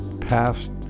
past